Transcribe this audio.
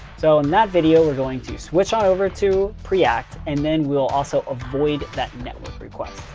so in that video we're going to switch on over to preact, and then we'll also avoid that network request.